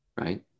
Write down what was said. right